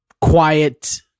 quiet